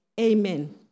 Amen